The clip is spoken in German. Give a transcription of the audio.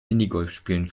minigolfspielen